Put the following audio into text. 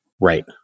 right